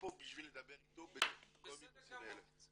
אני פה בשביל לדבר איתו על כל הנושאים האלה.